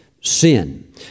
sin